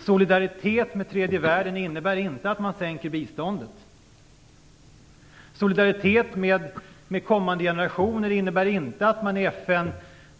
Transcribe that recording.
Solidaritet med tredje världen innebär inte att man sänker biståndet. Solidaritet med kommande generationer innebär inte att man i FN